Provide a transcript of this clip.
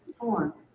Four